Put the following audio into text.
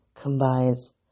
combines